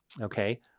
Okay